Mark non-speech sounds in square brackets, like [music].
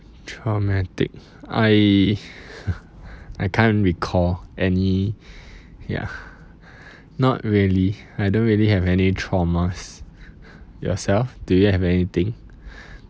traumatic I [laughs] I can't recall any ya not really I don't really have any traumas yourself do you have anything